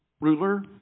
ruler